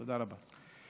תודה רבה.